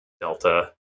Delta